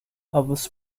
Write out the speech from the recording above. elvis